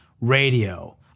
radio